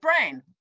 brain